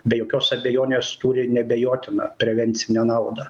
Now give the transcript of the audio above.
be jokios abejonės turi neabejotiną prevencinę naudą